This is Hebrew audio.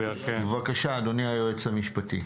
בבקשה, אדוני היועץ המשפטי.